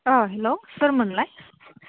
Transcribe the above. अ hello सोरमोनलाय